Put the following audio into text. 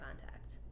contact